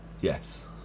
Yes